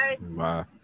Bye